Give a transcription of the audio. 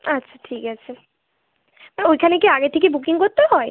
আচ্ছা ঠিক আছে ম্যাম ওইখানে কি আগে থেকে বুকিং করতে হয়